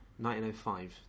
1905